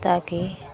ताकि